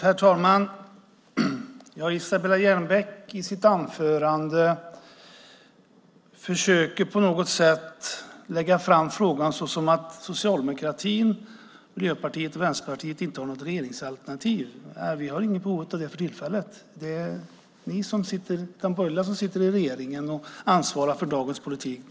Herr talman! Isabella Jernbeck försöker i sitt anförande lägga fram frågan som att socialdemokratin, Miljöpartiet och Vänsterpartiet inte har något regeringsalternativ. Nej, vi har inget behov av det för tillfället. Det är de borgerliga som sitter i regeringen och ansvarar för dagens politik.